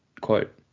quote